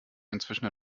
inzwischen